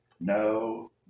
no